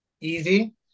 easy